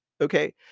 okay